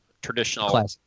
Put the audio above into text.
Traditional